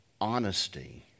Honesty